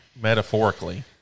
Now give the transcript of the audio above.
Metaphorically